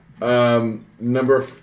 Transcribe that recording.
Number